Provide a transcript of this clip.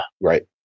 Right